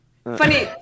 Funny